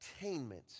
attainment